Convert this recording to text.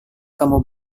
kamu